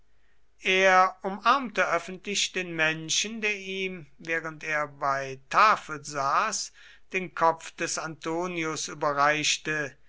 er umarmte öffentlich den menschen der ihm während er bei tafel saß den kopf des antonius überreichte